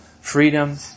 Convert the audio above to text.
freedom